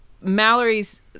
Mallory's